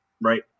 right